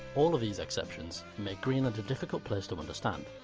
all of these exceptions make greenland a difficult place to understand.